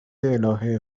الهه